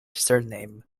surname